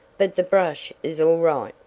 but the brush is all right,